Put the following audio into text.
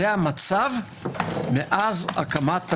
זה המצב מאז הקמת המדינה.